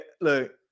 look